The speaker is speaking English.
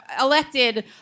elected